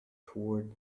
toward